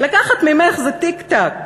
לקחת ממך זה טיק-טק,